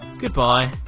goodbye